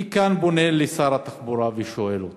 אני פונה לשר התחבורה ושואל אותו: